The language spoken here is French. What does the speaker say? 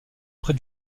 près